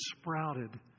sprouted